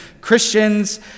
Christians